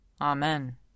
Amen